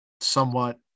somewhat